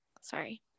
Sorry